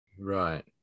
right